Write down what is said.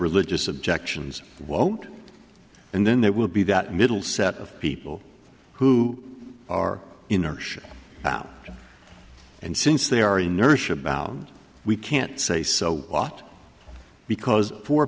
religious objections won't and then there will be that middle set of people who are inertia and since they are inertia bound we can't say so a lot because for